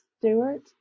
Stewart